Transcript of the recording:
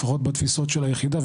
לפחות בתפיסות של היחידה.